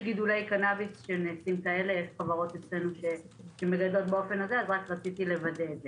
יש גידולי קנביס שהם נעשים כאלה רק רציתי לוודא את זה.